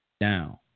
Down